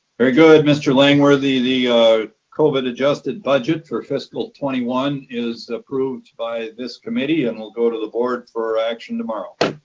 very good mr. langworthy. the covid adjusted budget for fiscal twenty one is approved by this committee and will go to the board for action tomorrow.